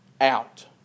out